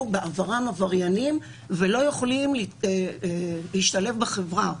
בעברם עבריינים ולא יכולים להשתלב בחברה.